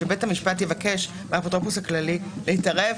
כשבית המשפט יבקש מהאפוטרופוס הכללי להתערב,